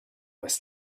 was